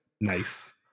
Nice